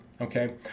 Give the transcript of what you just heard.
Okay